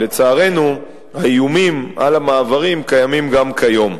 לצערנו, האיומים על המעברים קיימים גם כיום.